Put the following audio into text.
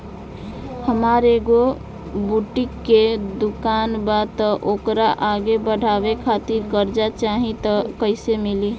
हमार एगो बुटीक के दुकानबा त ओकरा आगे बढ़वे खातिर कर्जा चाहि त कइसे मिली?